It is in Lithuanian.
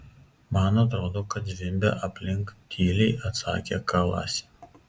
man atrodo kad zvimbia aplink tyliai atsakė kalasi